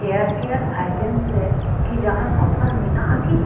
hair care items ᱨᱮ ᱠᱤ ᱡᱟᱦᱟᱱ ᱚᱯᱷᱟᱨ ᱢᱮᱱᱟᱜᱼᱟ ᱠᱤ